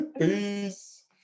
Peace